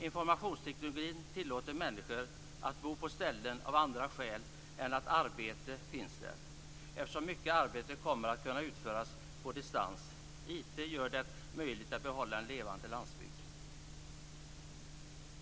Informationstekniken tillåter människor att bo på ställen av andra skäl än att arbete finns där eftersom mycket arbete kommer att kunna utföras på distans. IT gör det möjligt att behålla en levande landsbygd.